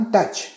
Touch